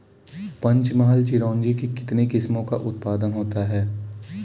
पंचमहल चिरौंजी की कितनी किस्मों का उत्पादन होता है?